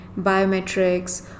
biometrics